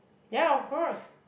ya of course